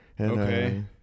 Okay